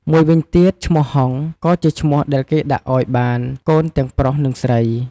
មួយវិញទៀតឈ្មោះហុង ក៏ជាឈ្មោះដែលគេដាក់អោយបានកូនទាំងប្រុសនិងស្រី។